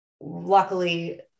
luckily